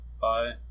Bye